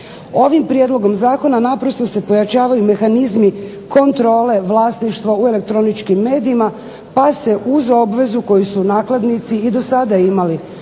Ovim prijedlogom zakona naprosto se pojačavaju mehanizmi kontrole vlasništva u elektroničkim medijima pa se uz obvezu koju su nakladnici i do sada imali